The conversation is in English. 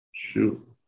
Shoot